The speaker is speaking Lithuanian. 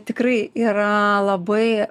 tikrai yra labai